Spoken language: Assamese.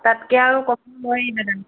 তাতকে আৰু কম নোৱাৰি মানে